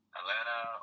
atlanta